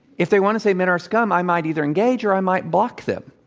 if they want to say men are scum, i might either engage, or i might block them.